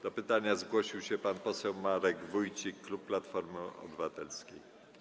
Do pytania zgłosił się pan poseł Marek Wójcik, klub Platforma Obywatelska.